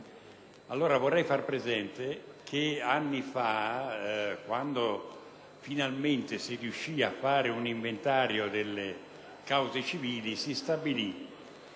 3 marzo 2009 sente che anni fa, quando finalmente si riuscıa fare un inventario delle cause civili, si stabilı